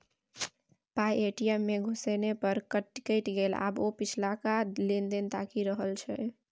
पाय ए.टी.एम मे घुसेने पर कटि गेलै आब ओ पिछलका लेन देन ताकि रहल छै